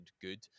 good